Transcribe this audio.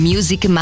Music